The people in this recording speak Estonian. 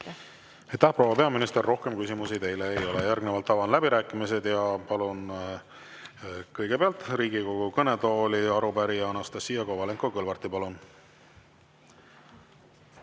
proua peaminister! Rohkem küsimusi teile ei ole. Järgnevalt avan läbirääkimised ja palun kõigepealt Riigikogu kõnetooli arupärija Anastassia Kovalenko-Kõlvarti. Palun!